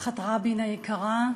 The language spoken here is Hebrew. משפחת רבין היקרה,